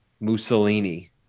Mussolini